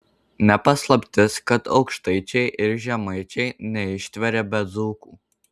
ne paslaptis kad aukštaičiai ir žemaičiai neištveria be dzūkų